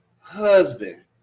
husband